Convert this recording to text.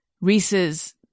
Reese's